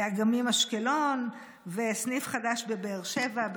גם אדמים באשקלון וסניף חדש בבאר שבע,